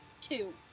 Two